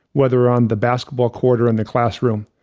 whether on the basketball court or in the classroom,